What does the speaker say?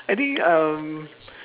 I think um